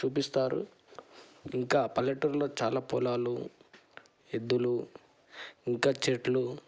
చూపిస్తారు ఇంకా పల్లెటూరులో చాలా పొలాలు ఎద్దులు ఇంకా చెట్లు